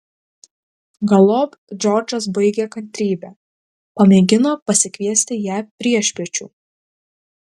galop džordžas baigė kantrybę pamėgino pasikviesti ją priešpiečių